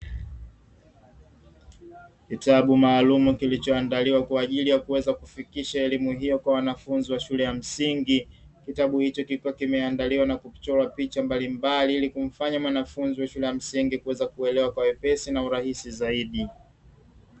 Kitabu maalumu kilicho andaliwa kwa ajili ya kufikisha elimu hiyo kwa wanafunzi wa shule ya msingi, kitabu hicho kikwa kimeandaliwa na kuchorwa picha mbalimbali, ili kumfanya mwanafunzi wa shule ya msingi kuweza kuelewa kwa wepesi na urahisi zaidi.